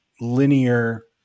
linear